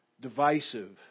divisive